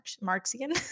Marxian